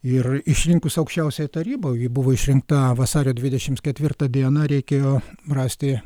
ir išrinkus aukščiausiąją tarybą ji buvo išrinkta vasario dvidešimt ketvirtą dieną reikėjo rasti